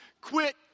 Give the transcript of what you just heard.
quit